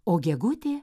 o gegutė